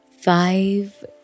five